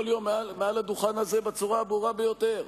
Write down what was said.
יום מעל הדוכן הזה בצורה הברורה ביותר,